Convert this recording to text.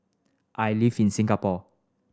I live in Singapore